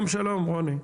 רוני.